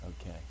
okay